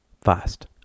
fast